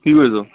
কি কৰি আছ